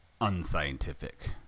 unscientific